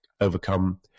overcome